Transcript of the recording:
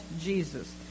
Jesus